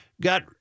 got